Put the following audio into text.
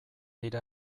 dira